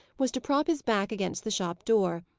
was to prop his back against the shop door,